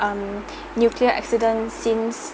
um nuclear accident since